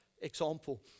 example